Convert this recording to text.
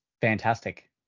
fantastic